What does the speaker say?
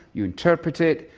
you interpret it,